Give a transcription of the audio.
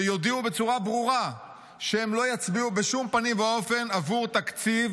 שיודיעו בצורה ברורה שהם לא יצביעו בשום פנים ואופן עבור תקציב